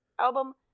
album